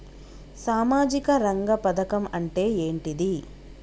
సామాజిక రంగ పథకం అంటే ఏంటిది?